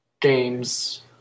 games